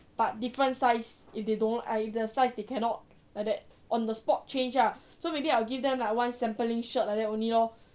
but different size if they don't if the size they cannot like that on the spot change lah so maybe I'll give them like one sampling shirt like that only lor